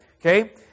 okay